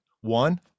one